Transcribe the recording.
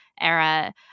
era